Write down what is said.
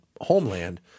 homeland